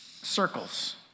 Circles